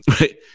right